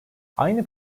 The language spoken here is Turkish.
aynı